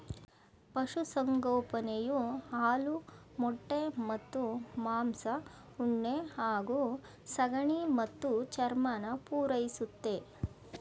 ಪಶುಸಂಗೋಪನೆಯು ಹಾಲು ಮೊಟ್ಟೆ ಮತ್ತು ಮಾಂಸ ಉಣ್ಣೆ ಹಾಗೂ ಸಗಣಿ ಮತ್ತು ಚರ್ಮನ ಪೂರೈಸುತ್ತೆ